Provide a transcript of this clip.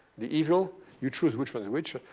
the evil. you choose which one's which,